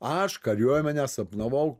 aš kariuomenę sapnavau